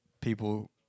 people